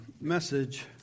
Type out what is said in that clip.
message